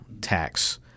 tax